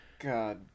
god